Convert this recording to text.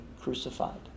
crucified